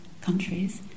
countries